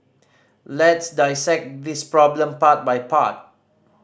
let's dissect this problem part by part